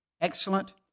excellent